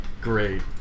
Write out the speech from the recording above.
great